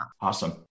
Awesome